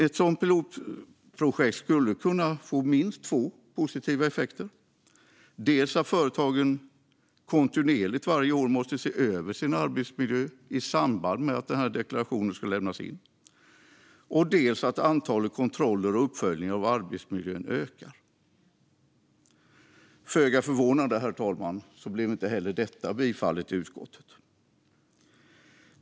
Ett sådant pilotprojekt skulle kunna få minst två positiva effekter, dels att företagen kontinuerligt varje år måste se över sin arbetsmiljö i samband med att den här deklarationen ska lämnas in, dels att antalet kontroller och uppföljningar av arbetsmiljön ökar. Föga förvånande, herr talman, blev inte heller detta tillstyrkt av utskottet.